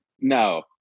no